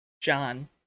John